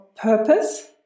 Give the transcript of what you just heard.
purpose